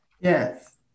Yes